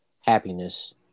happiness